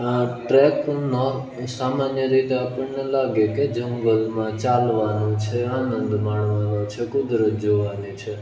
આ ટ્રેકનો સામાન્ય રીતે આપણને લાગે કે જંગલમાં ચાલવાનું છે આનંદ માણવાનો છે કુદરત જોવાની છે